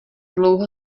dlouho